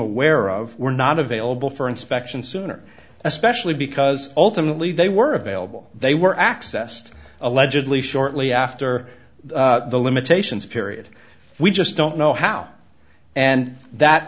aware of were not available for inspection sooner especially because ultimately they were available they were accessed allegedly shortly after the limitations period we just don't know how and that